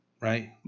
Right